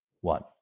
one